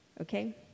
okay